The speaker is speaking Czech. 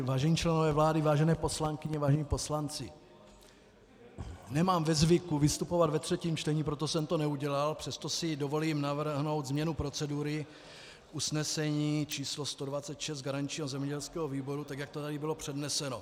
Vážení členové vlády, vážené poslankyně, vážení poslanci, nemám ve zvyku vystupovat ve třetím čtení, proto jsem to neudělal, přesto si dovolím navrhnout změnu procedury usnesení č. 126 garančního zemědělského výboru, tak jak to tady bylo předneseno.